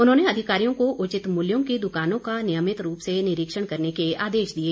उन्होंने अधिकारियों को उचित मूल्यों की दुकानों का नियमित रूप से निरीक्षण करने के आदेश दिए